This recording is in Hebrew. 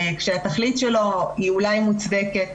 כשהתכלית שלו היא אולי מוצדקת,